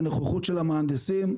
בנוכחות של המהנדסים.